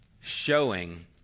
showing